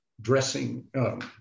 dressing